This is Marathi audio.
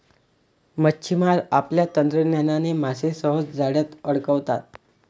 मच्छिमार आपल्या तंत्रज्ञानाने मासे सहज जाळ्यात अडकवतात